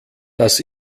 das